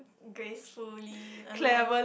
gracefully I don't know